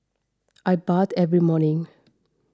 I bathe every morning